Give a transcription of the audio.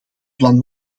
plan